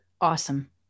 awesome